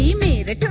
me me the